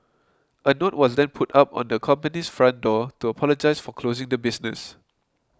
a note was then put up on the company's front door to apologise for closing the business